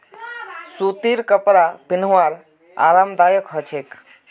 सूतीर कपरा पिहनवार आरामदायक ह छेक